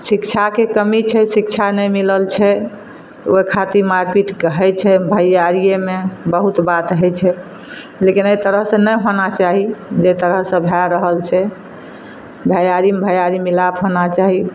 शिक्षाके कमी छै शिक्षा नहि मिलल छै ओहि खातिर मारि पीट तऽ हइ छै भैआरिएमे बहुत बात हइ छै लेकिन एहि तरह से नहि होना चाही जे तरह से भए रहल छै भैआरीमे भैआरी मिलाप होना चाही